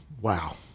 wow